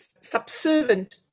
subservient